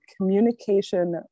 communication